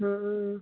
ആ